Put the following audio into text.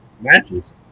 matches